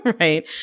right